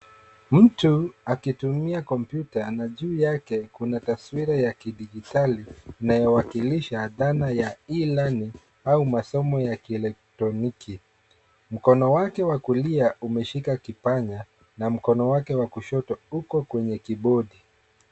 Mtu akitumia kompyuta na juu yake kuna taswira ya kidijitali inayowakilisha dhana ya e-learning au masomo ya kielektroniki. Mkono wake wa kulia umeshika kipanya na mkono wake wa kushoto uko kwenye keyboadi .